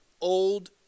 old